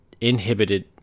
inhibited